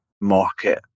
market